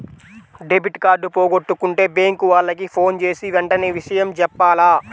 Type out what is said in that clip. debit card పోగొట్టుకుంటే bank వాళ్లకి ఫోన్జేసి వెంటనే విషయం జెప్పాల